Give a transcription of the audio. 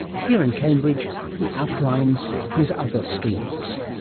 here in cambridge he outlines his other schemes.